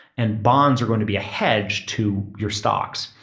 and bonds are going to be a hedge to your stocks.